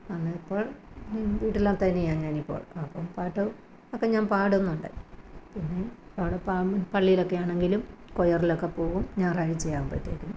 ഇപ്പോൾ വീട്ടിൽ തനിയെ ആണ് ഞാൻ ഇപ്പോൾ അപ്പം പാട്ട് ഒക്കെ ഞാൻ പാടുന്നുണ്ട് പിന്നെ അവിടെ പാ പള്ളിയിലൊക്കെ ആണെങ്കിലും കൊയറിലൊക്കെ പോവും ഞായറാഴ്ച്ച ആവുമ്പോഴത്തേക്കിനും